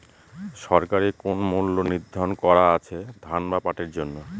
সরকারি কোন মূল্য নিধারন করা আছে ধান বা পাটের জন্য?